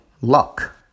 luck